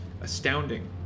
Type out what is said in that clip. astounding